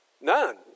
None